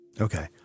Okay